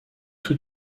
tout